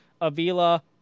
Avila